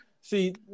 See